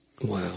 wow